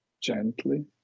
gently